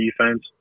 defense